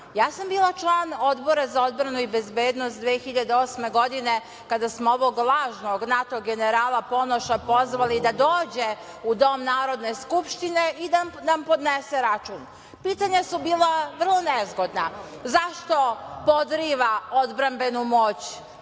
Ja sam bila člana Odbora za odbranu i bezbednost 2008. godine kada smo ovog lažnog NATO generala, Ponoša, pozvali da dođe u Dom Narodne skupštine i da nam podnese račun. Pitanja su bila vrlo nezgodna – zašto podriva odbrambenu moć